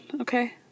Okay